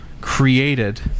created